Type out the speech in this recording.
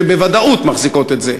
שבוודאות מחזיקות את זה,